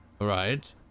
right